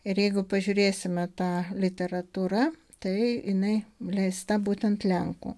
ir jeigu pažiūrėsime tą literatūra tai jinai leista būtent lenkų